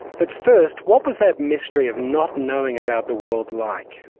but first, what was that mystery of not knowing about the world like?